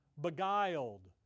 beguiled